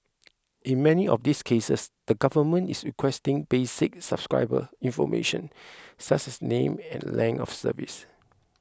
in many of these cases the government is requesting basic subscriber information such as name and length of service